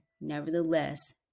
Nevertheless